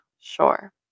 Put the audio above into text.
Sure